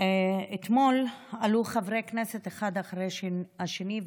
אתמול עלו חברי כנסת אחד אחרי השני,